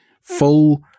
full